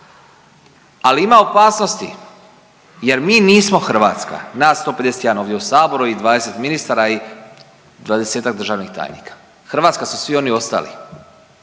ali ima opasnosti jer mi nismo Hrvatska nas 151 ovdje u Saboru i 20 ministara i 20-tak državnih tajnika. Hrvatska su svi oni ostali.